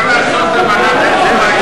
צריך לעשות הבנת הנקרא,